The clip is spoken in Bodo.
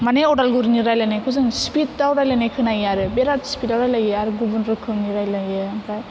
मानि अदालगुरिनि रायलायनायखौ सिफिदआव रायलायनाय खोनायो आरो बिराद सिफिदआव रायलायो आरो गुबुन रोखोमनि रायलायो ओमफ्राय